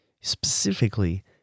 specifically